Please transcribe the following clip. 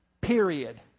Period